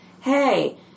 Hey